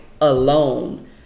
alone